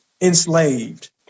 enslaved